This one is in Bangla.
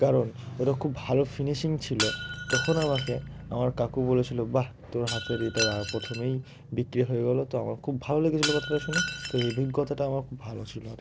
কারণ ওটা খুব ভালো ফিনিশিং ছিলো তখন আমাকে আমার কাকু বলেছিলো বাহ তোর হাতের এটা প্রথমেই বিক্রি হয়ে গেলো তো আমার খুব ভালো লেগেছিলো কথাটা শুনে তো এইভিজ্ঞতাটা আমার খুব ভালো ছিলো আর